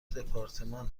دپارتمان